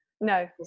no